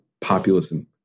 populism